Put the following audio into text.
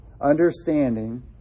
understanding